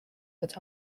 put